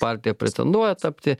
partija pretenduoja tapti